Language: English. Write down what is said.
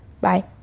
Bye